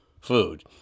food